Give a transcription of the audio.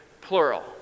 plural